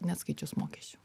neatskaičius mokesčių